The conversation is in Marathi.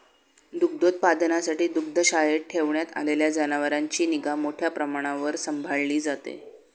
दुग्धोत्पादनासाठी दुग्धशाळेत ठेवण्यात आलेल्या जनावरांची निगा मोठ्या प्रमाणावर सांभाळली जाते